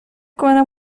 کنم